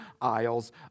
aisles